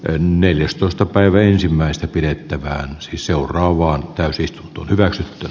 ön neljästoista päivä ensimmäistä pidettävään seuraavaan tai siis tuo hyvän